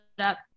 up